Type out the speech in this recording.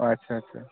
আচ্ছা আচ্ছা